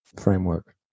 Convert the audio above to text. framework